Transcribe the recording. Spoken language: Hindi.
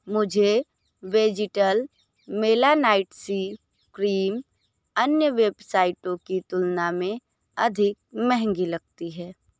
मुझे वेजिटल मेलानाइट सी क्रीम अन्य वेबसाइटों की तुलना में अधिक महंगी लगती है